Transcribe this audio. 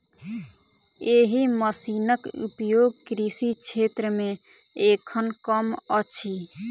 एहि मशीनक उपयोग कृषि क्षेत्र मे एखन कम अछि